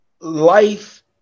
life